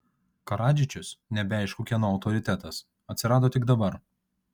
karadžičius nebeaišku kieno autoritetas atsirado tik dabar